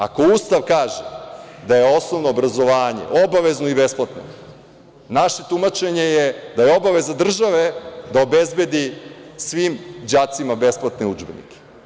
Ako Ustav kaže da je osnovno obrazovanje obavezno i besplatno, naše tumačenje je da je obaveza države da obezbedi svim đacima besplatne udžbenike.